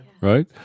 right